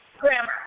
grammar